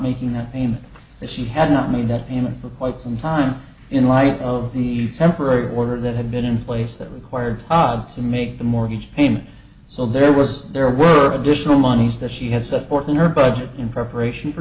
making that claim that she had not mean that you know for quite some time in light of the temporary order that had been in place that required to make the mortgage payment so there was there were additional monies that she had set forth in her budget in preparation for